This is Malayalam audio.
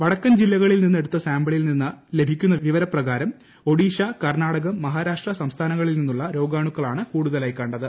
വടക്കൻ ജില്ലകളിൽനിന്ന് എടുത്ത സാമ്പിളിൽനിന്ന് ലഭിക്കുന്ന വിവരപ്രകാരം ഒഡിഷ കർണാടകം മഹാരാഷ്ട്ര സംസ്ഥാനങ്ങളിൽ നിന്നുള്ള രോഗാണുക്കളാണ് കൂടുതലായി കണ്ടത്